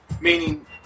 meaning